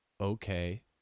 okay